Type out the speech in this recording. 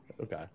Okay